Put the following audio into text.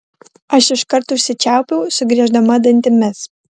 aš iškart užsičiaupiau sugrieždama dantimis